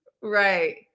Right